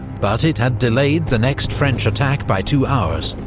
but it had delayed the next french attack by two hours,